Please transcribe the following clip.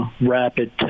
rapid